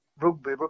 rugby